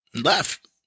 left